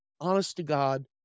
honest-to-God